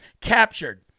captured